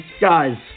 guys